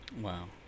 wow